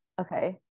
Okay